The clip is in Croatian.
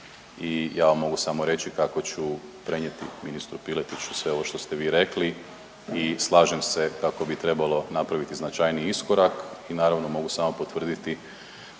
i ja vam mogu samo reći kako ću prenijeti ministru Piletiću sve ovo što ste vi rekli i slažem se kako bi trebalo napraviti značajniji iskorak. Naravno mogu samo potvrditi